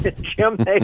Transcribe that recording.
Jim